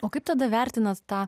o kaip tada vertinate tą